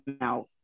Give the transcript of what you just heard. now